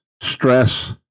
stress